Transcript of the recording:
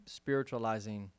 spiritualizing